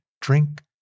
drink